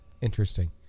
interesting